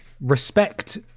Respect